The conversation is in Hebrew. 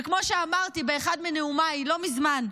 וכמו שאמרתי באחד מנאומיי לא מזמן,